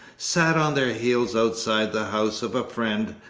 sat on their heels outside the house of a friend,